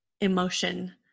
emotion